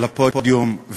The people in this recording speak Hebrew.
על הפודיום,